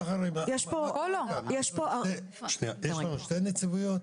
יש פה שתי נציבויות?